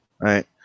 right